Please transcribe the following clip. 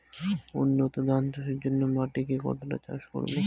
উন্নত ধান চাষের জন্য মাটিকে কতটা চাষ করব?